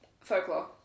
Folklore